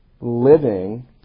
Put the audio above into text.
living